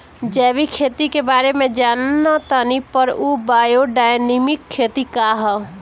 जैविक खेती के बारे जान तानी पर उ बायोडायनमिक खेती का ह?